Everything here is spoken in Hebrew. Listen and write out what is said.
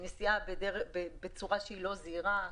נסיעה בצורה לא זהירה,